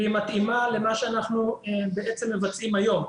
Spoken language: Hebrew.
והיא מתאימה למה שאנחנו מבצעים היום.